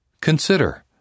Consider